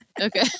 Okay